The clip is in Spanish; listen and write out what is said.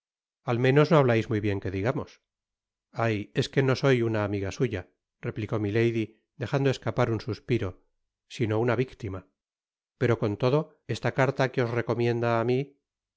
al menos no hablais muy bien que digamos ay es que no soy uua amiga suya replicó milady dejando escapar un suspiro sino una victima pero con todo esta carta que os recomienda á mi